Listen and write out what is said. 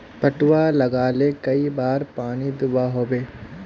पटवा लगाले कई बार पानी दुबा होबे?